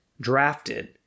drafted